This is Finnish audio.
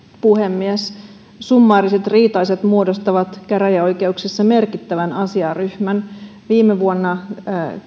puhemies summaariset riita asiat muodostavat käräjäoikeuksissa merkittävän asiaryhmän viime vuonna